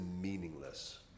meaningless